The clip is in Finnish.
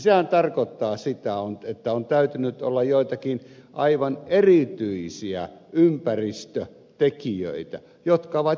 sehän tarkoittaa sitä että on täytynyt olla joitakin aivan erityisiä ympäristötekijöitä jotka ovat johtaneet tähän